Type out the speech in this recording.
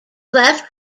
left